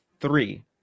Three